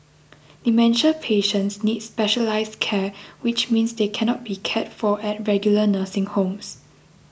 dementia patients need specialised care which means they cannot be cared for at regular nursing homes